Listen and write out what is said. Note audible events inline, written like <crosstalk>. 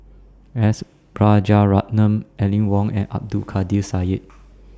S Rajaratnam Aline Wong and Abdul Kadir Syed <noise>